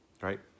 right